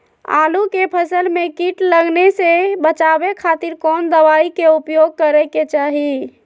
आलू के फसल में कीट लगने से बचावे खातिर कौन दवाई के उपयोग करे के चाही?